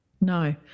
No